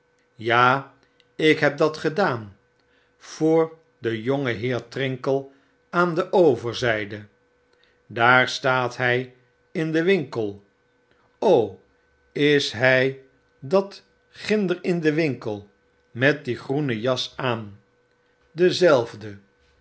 ja ik heb dat gedaan voor den jongenheer trinkle aan de overzijde daar staat hij in den winkel is hy dat ginder in den winkel met die groene jas aan dezelfde